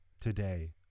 today